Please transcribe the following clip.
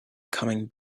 coming